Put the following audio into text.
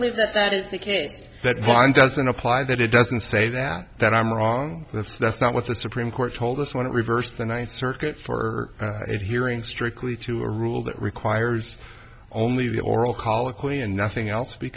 believe that that is the case that one doesn't apply that it doesn't say that that i'm wrong that's that's not what the supreme court told us when it reversed the ninth circuit for it hearing strickly to a rule that requires only the oral colloquy and nothing else